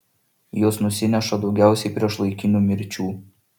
jos nusineša daugiausiai priešlaikinių mirčių